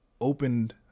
opened